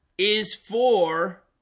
is for